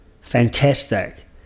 Fantastic